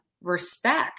respect